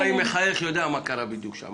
--- מחייך, הוא יודע מה קרה בדיוק שם.